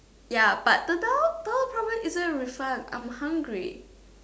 ya but the down down problem isn't a refund I'm hungry